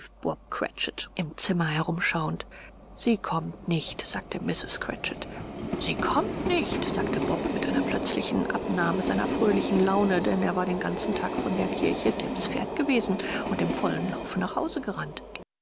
im zimmer herumschauend sie kommt nicht sagte mrs cratchit sie kommt nicht sagte bob mit einer plötzlichen abnahme seiner fröhlichen laune denn er war den ganzen weg von der kirche tims pferd gewesen und im vollen laufe nach hause gerannt